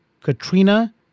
Katrina